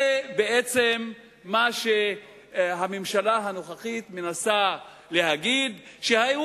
זה בעצם מה שהממשלה הנוכחית מנסה להגיד שהיו